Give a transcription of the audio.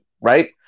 right